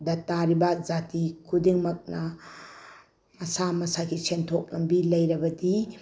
ꯗ ꯇꯥꯔꯤꯕ ꯖꯥꯇꯤ ꯈꯨꯗꯤꯡꯃꯛꯅ ꯃꯁꯥ ꯃꯁꯥꯒꯤ ꯁꯦꯟꯊꯣꯛ ꯂꯝꯕꯤ ꯂꯩꯔꯕꯗꯤ